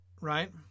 right